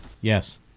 Yes